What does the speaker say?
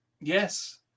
yes